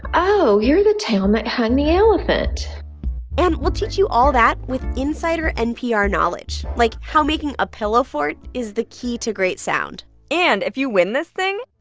oh, you're the town that hung elephant and we'll teach you all that with insider npr knowledge, like how making a pillow fort is the key to great sound and if you win this thing.